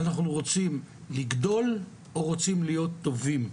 אנחנו רוצים לגדול או רוצים להיות טובים,